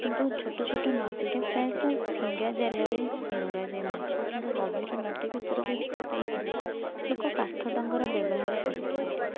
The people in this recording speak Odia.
କିନ୍ତୁ ଛୋଟ ଛୋଟ ନଦୀରେ ପ୍ରାୟତଃ ଫିଙ୍ଗା ଜାଲରେ ଧରାଯାଏ ମାଛ କିମ୍ବା ଗଭୀର ନଦୀ ଭିତରକୁ ଯିବା ପାଇଁ ହେଲେ ଲୋକ କାଠ ଡଙ୍ଗାର ବ୍ୟବହାର କରିଥାନ୍ତି